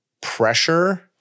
pressure